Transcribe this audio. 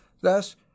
Thus